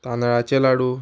तांदळाचे लाडू